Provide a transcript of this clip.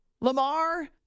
Lamar